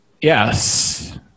Yes